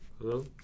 Hello